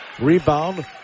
Rebound